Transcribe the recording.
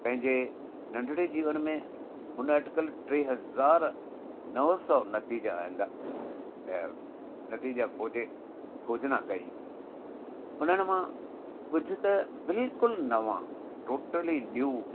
पंहिंजे नंढिड़े जीवन में हुन अटकल टे हज़ार नव सौ नतीजा आंदा ऐं नतीजा खोजे खोजना कई हुननि मां कुझु त बिल्कुलु नवां टोटली न्यू